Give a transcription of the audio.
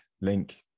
link